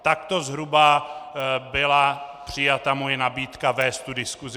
Takto zhruba byla přijata moje nabídka vést diskusi.